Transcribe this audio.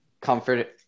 comfort